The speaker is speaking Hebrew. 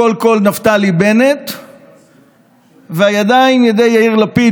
הקול קול נפתלי בנט והידיים ידי יאיר לפיד,